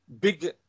big